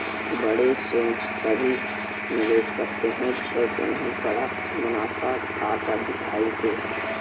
बड़े सेठ तभी निवेश करते हैं जब उन्हें बड़ा मुनाफा आता दिखाई दे